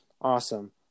Awesome